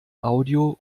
audio